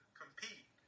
compete